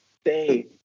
stay